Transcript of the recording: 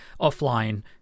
offline